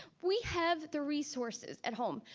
we have the resources at home.